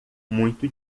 muito